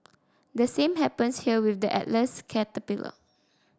the same happens here with the Atlas caterpillar